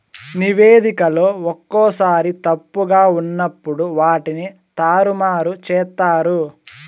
నివేదికలో ఒక్కోసారి తప్పుగా ఉన్నప్పుడు వాటిని తారుమారు చేత్తారు